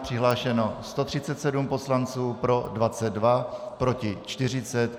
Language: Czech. Přihlášeno 137 poslanců, pro 22, proti 40.